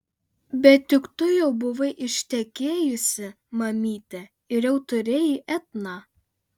bet juk tu jau buvai ištekėjusi mamyte ir jau turėjai etną